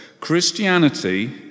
Christianity